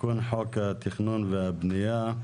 תיקון חוק התכנון והבנייה,